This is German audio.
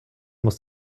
muss